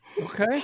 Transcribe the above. okay